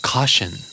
Caution